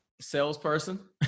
salesperson